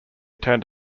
turned